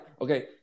okay